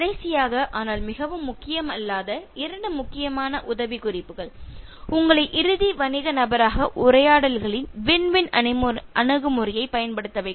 கடைசியாக ஆனால் மிகவும் முக்கியம் அல்லாத இரண்டு முக்கியமான உதவிக்குறிப்புகள் உங்களை இறுதி வணிக நபராக உரையாடல்களில் வின் வின் அணுகுமுறையைப் பயன்படுத்த வைக்கும்